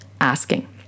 asking